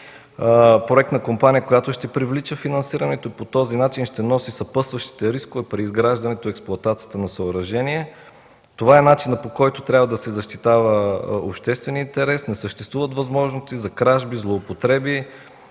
проектна компания, която ще привлича финансирането и по този начин ще носи съпътстващите рискове при изграждането и експлоатацията на съоръжението. Това е начинът, по който трябва да се защитава общественият интерес. Не съществуват възможности за кражби, злоупотреби,